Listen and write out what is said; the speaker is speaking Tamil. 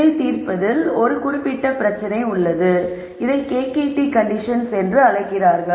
இதைத் தீர்ப்பதில் ஒரு குறிப்பிட்ட பிரச்சனை உள்ளது இதை KKT கண்டிஷன்ஸ் என்று அழைக்கிறார்கள்